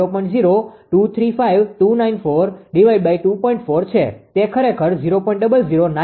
4 છે તે ખરેખર 0